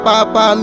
Papa